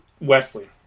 Wesley